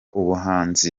ubuhanzi